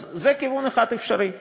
זה כיוון אפשרי אחד.